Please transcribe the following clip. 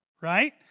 right